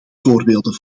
voorbeelden